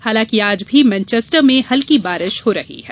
हालांकि आज भी मैनचेस्टर में हल्की बारिश हो रही है